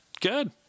Good